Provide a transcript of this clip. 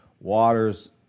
water's